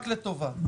רק לטובה.